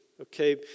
okay